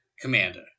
Commander